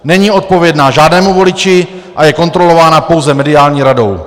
Není odpovědná žádnému voliči a je kontrolována pouze mediální radou.